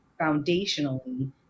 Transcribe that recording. foundationally